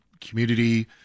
community